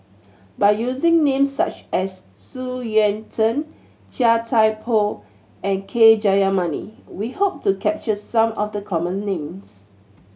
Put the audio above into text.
by using names such as Xu Yuan Zhen Chia Thye Poh and K Jayamani we hope to capture some of the common names